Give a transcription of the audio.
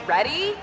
Ready